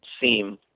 seem